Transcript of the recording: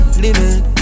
limit